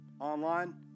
Online